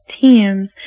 teams